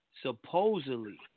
supposedly